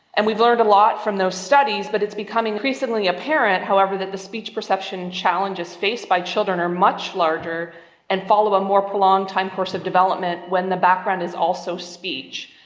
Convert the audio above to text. and we've learned a lot from those studies, but it's becoming increasingly apparent however that the speech perception challenges faced by children are much larger and follow a more prolonged time course of development when the background is also speech.